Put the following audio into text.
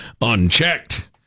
Unchecked